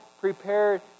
prepared